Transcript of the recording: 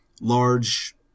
large